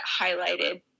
highlighted